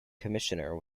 commissioner